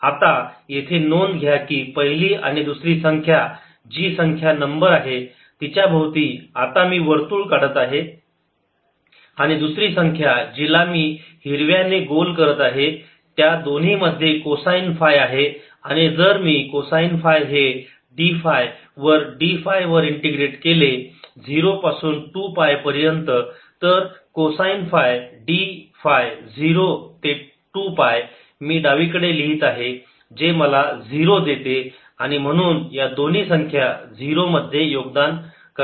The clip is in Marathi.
आता येथे नोंद घ्या की पहिली आणि दुसरी संख्या जी संख्या नंबर आहे तिच्याभोवती आता मी वर्तुळ काढत आहे आणि दुसरी संख्या जिला मी हिरव्या ने गोल करत आहे त्या दोन्ही मध्ये कोसाइन फाय आहे आणि जर मी कोसाइन फाय हे d फाय वर d फाय वर इंटिग्रेट केले 0 पासून 2 पाय पर्यंत तर कोसाइन फाय d फाय 0 ते 2 पाय मी डावीकडे लिहित आहे जे मला 0 देते आणि म्हणून या दोन्ही संख्या 0 मध्ये योगदान देतात